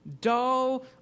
dull